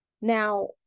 Now